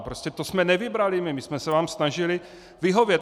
Prostě to jsme nevybrali my, my jsme se vám snažili vyhovět.